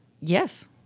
Yes